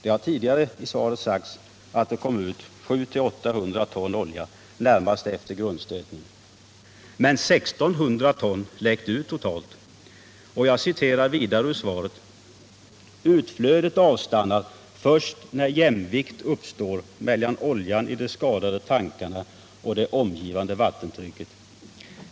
Det har tidigare i svaret sagts att det kom ut 700-800 ton olja närmast efter grundstötningen. Men 1600 ton läckte ut totalt. Jag citerar vidare ur svaret: ”Utflödet avstannar först när jämvikt uppstår mellan oljan i de skadade tankarna och det omgivande vattentrycket.